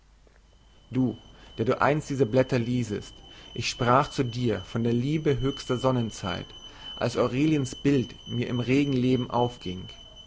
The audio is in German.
du der du einst diese blätter liesest ich sprach zu dir von der liebe höchster sonnenzeit als aureliens bild mir im regen leben aufging